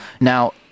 now